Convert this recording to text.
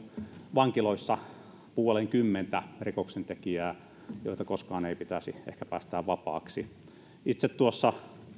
vankiloissa puolenkymmentä rikoksentekijää joita ei ehkä koskaan pitäisi päästää vapaaksi tuossa